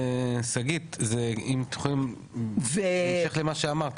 שגית אם תוכלי בהמשך למה שאמרת,